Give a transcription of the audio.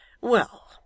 Well